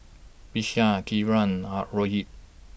Vishal Kiran R Rohit